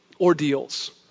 ordeals